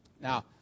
Now